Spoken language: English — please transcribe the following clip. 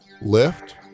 Lift